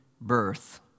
birth